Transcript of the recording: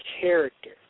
character